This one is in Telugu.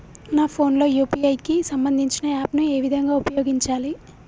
నా ఫోన్ లో యూ.పీ.ఐ కి సంబందించిన యాప్ ను ఏ విధంగా ఉపయోగించాలి?